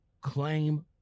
claim